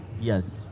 Yes